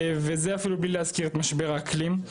וזה אפילו בלי להזכיר את משבר האקלים.